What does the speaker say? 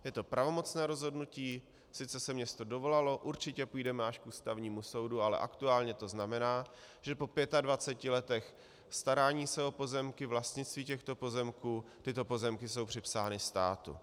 Je to pravomocné rozhodnutí, sice se město dovolalo, určitě půjdeme až k Ústavnímu soudu, ale aktuálně to znamená, že po 25 letech starání se o pozemky, vlastnictví těchto pozemků, tyto pozemky jsou připsány státu.